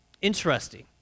Interesting